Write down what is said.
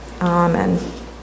Amen